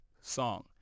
song